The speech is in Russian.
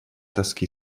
тоски